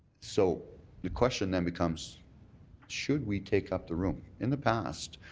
so the question then becomes should we take up the room? in the past,